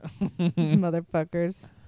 Motherfuckers